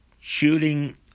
shooting